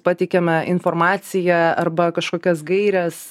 pateikiame informaciją arba kažkokias gaires